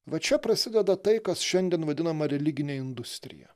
va čia prasideda tai kas šiandien vadinama religine industrija